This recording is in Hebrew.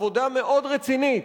עבודה מאוד רצינית,